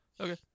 Okay